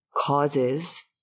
causes